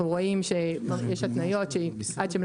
אנחנו רואים שיש התניות שעד שהן לא